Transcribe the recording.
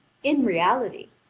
in reality,